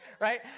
right